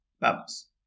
¡Vamos